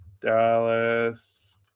Dallas